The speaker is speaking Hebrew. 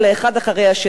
האחד אחרי השני,